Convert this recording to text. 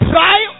Try